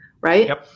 Right